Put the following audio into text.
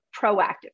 proactive